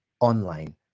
online